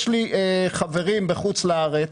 יש לי חברים בחוץ לארץ,